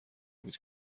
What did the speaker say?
بود